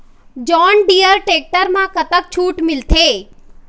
John Deere tractor म कतक छूट मिलथे?